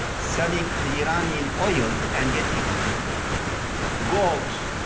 selling the iranian oil and getting gold